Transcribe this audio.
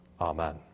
Amen